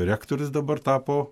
rektorius dabar tapo